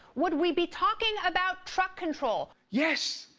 would we be talking about truck control? yes!